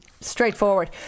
straightforward